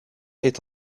est